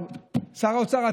שר האוצר,